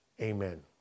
Amen